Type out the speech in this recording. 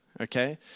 okay